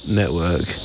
network